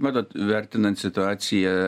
matot vertinant situaciją